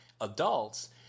adults